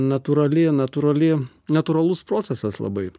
natūrali natūrali natūralus procesas labai